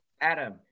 Adam